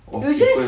of people